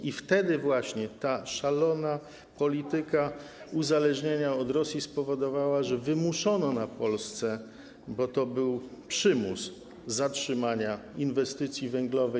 I wtedy właśnie ta szalona polityka uzależniania się od Rosji spowodowała, że wymuszono na Polsce, bo to był przymus, zatrzymanie inwestycji węglowej.